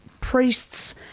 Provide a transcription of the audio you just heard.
priests